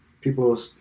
people